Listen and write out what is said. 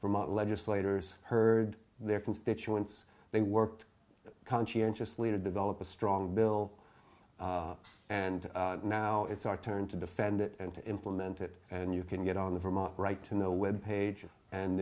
our legislators heard their constituents they worked conscientiously to develop a strong bill and now it's our turn to defend it and implement it and you can get on the vermont right to know web page and